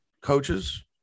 coaches